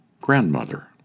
Grandmother